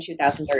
2013